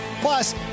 plus